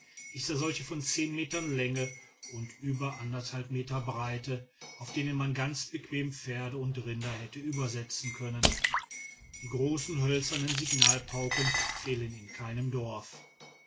ich sah solche von zehn meter länge und über anderthalb meter breite auf denen man ganz bequem pferde und rinder hätte übersetzen können die großen hölzernen signalpauken fehlen in keinem dorf